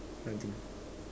nothing